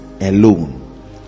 alone